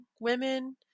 women